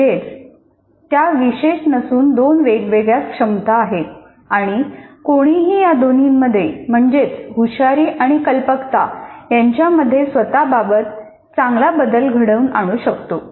म्हणजेच त्या विशेष नसून दोन वेगवेगळ्या क्षमता आहेत आणि कोणीही या दोन्हींमध्ये म्हणजेच हुशारी आणि कल्पकता यांच्यामध्ये स्वतः बाबत चांगला बदल घडवून आणू शकतो